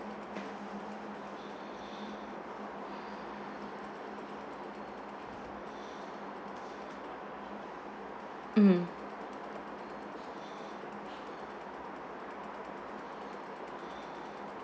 mm